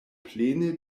plene